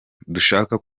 dushaka